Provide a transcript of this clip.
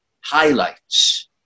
highlights